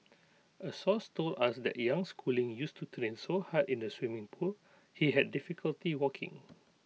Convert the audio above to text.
A source told us that young schooling used to train so hard in the swimming pool he had difficulty walking